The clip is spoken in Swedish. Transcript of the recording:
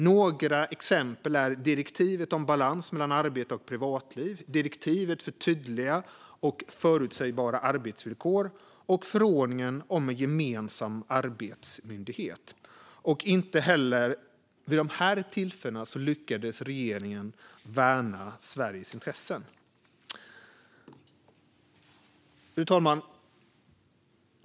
Några exempel är direktivet om balans mellan arbete och privatliv, direktivet för tydliga och förutsägbara arbetsvillkor och förordningen om en gemensam arbetsmyndighet. Inte heller vid de tillfällena lyckades regeringen värna Sveriges intressen. Fru talman!